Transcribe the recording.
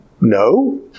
no